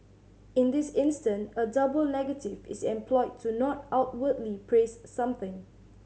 in this instant a double negative is employed to not outwardly praise something